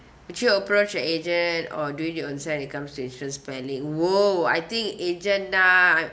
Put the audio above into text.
did you approach a agent or do it yourself it comes to insurance planning !whoa! I think agent nah I'm